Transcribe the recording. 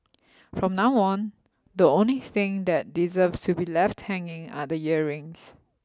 from now on the only thing that deserves to be left hanging are the earrings